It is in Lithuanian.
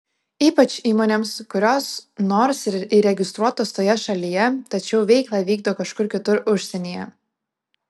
ypač įmonėms kurios nors ir įregistruotos toje šalyje tačiau veiklą vykdo kažkur kitur užsienyje